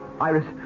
Iris